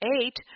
Eight